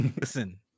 Listen